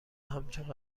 همچون